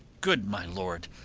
good my lord,